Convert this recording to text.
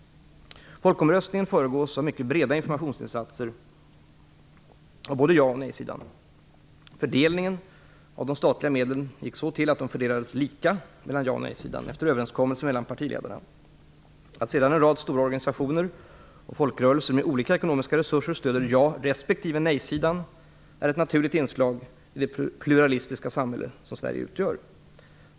Folkomröstningen föregås av mycket breda informationsinsatser av både ja och nej-sidan. Fördelningen av de statliga medlen gick så till att de fördelades lika mellan ja och nej-sidan efter överenskommelse mellan partiledarna. Att sedan en rad stora organisationer och folkrörelser med olika ekonomiska resurser stöder ja resp. nej-sidan är ett naturligt inslag i det pluralistiska samhälle som Sverige utgör.